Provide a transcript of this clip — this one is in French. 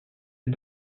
ces